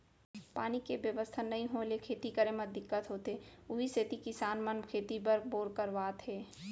पानी के बेवस्था नइ होय ले खेती करे म दिक्कत होथे उही सेती किसान मन खेती बर बोर करवात हे